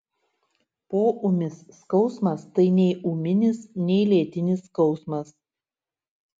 poūmis skausmas tai nei ūminis nei lėtinis skausmas